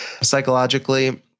Psychologically